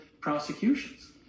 prosecutions